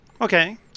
Okay